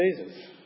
Jesus